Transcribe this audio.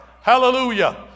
Hallelujah